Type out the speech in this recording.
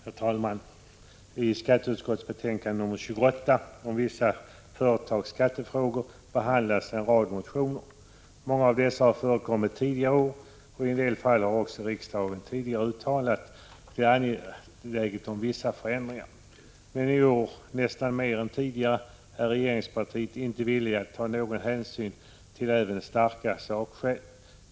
Herr talman! I skatteutskottets betänkande 28 om vissa företagsskattefrågor behandlas en rad motioner. Många av dessa har förekommit tidigare år, och i en del fall har riksdagen då också uttalat att det är angeläget med vissa förändringar. Men i år är regeringspartiet, nästan mer än tidigare, inte villigt att ta någon hänsyn till även starka sakskäl.